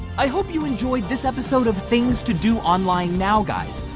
i hope you enjoyed this episode of things to do online now guys.